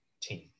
team